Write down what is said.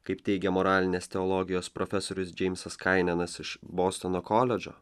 kaip teigia moralinės teologijos profesorius džeimsas kainenas iš bostono koledžo